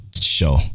show